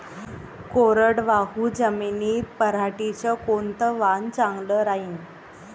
कोरडवाहू जमीनीत पऱ्हाटीचं कोनतं वान चांगलं रायीन?